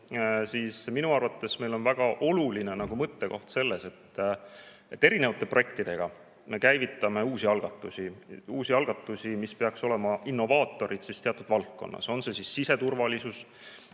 siis minu arvates meil on väga oluline mõttekoht selles, et eri projektidega me käivitame uusi algatusi, mis peaks olema innovaatorid teatud valdkonnas, on see siseturvalisus